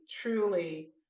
truly